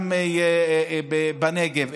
גם בנגב,